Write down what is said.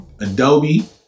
adobe